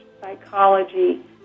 psychology